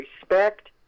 respect